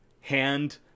hand